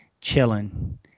chilling